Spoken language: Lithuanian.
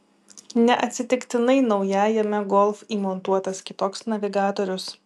neatsitiktinai naujajame golf įmontuotas kitoks navigatorius